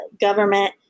government